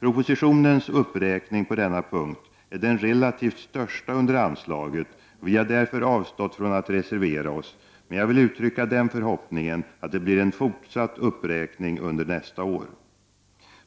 Propositionens uppräkning på denna punkt är den relativt största under anslaget, och vi har därför avstått från att reservera oss. Men jag vill uttrycka den förhoppningen att det blir en fortsatt uppräkning under nästa år.